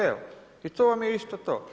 Evo i to vam je isto to.